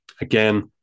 Again